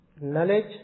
knowledge